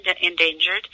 endangered